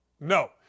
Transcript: No